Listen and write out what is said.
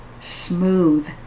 smooth